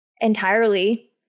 entirely